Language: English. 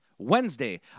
Wednesday